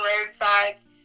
roadsides